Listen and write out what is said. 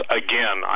again